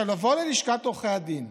לשכת עורכי הדין,